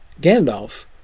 Gandalf